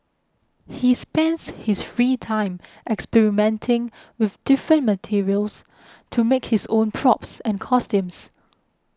he spends his free time experimenting with different materials to make his own props and costumes